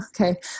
okay